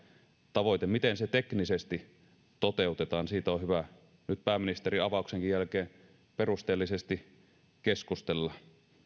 tavoite miten se teknisesti toteutetaan siitä on hyvä nyt pääministerin avauksenkin jälkeen perusteellisesti keskustella